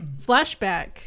flashback